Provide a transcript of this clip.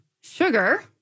sugar